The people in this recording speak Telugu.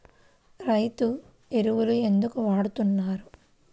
రైతు ఎరువులు ఎందుకు వాడుతున్నారు?